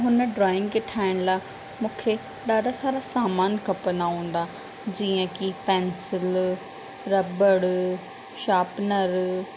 हुन ड्रॉइंग खे ठाहिण लाइ मूंखे ॾाढा सारा सामान खपंदा हूंदा जीअं की पेंसिल रबड़ शार्पनर